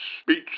speech